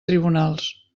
tribunals